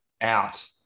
out